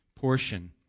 portion